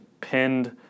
pinned